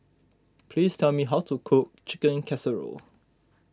please tell me how to cook Chicken Casserole